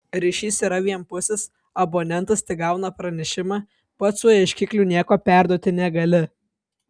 ryšys yra vienpusis abonentas tik gauna pranešimą pats tuo ieškikliu nieko perduoti negali